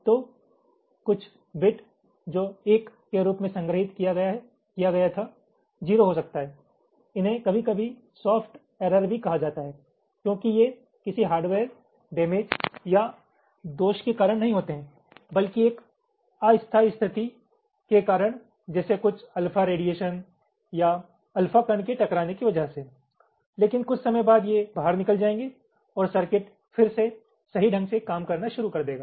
तो कुछ बिट जो 1 के रूप में संग्रहीत किया गया था 0 हो सकता है इन्हें कभी कभी सॉफ्ट एरर भी कहा जाता है क्योंकि ये किसी हार्डवेयर डैमेज या दोष के कारण नहीं होते हैं बल्कि एक अस्थायी स्थिति के कारण जैसे कुछ अल्फा रेडिएशन या अल्फ़ा कण के टकराने की वजह से लेकिन कुछ समय बाद ये बाहर निकल जाएंगे और सर्किट फिर से सही ढंग से काम करना शुरू कर देगा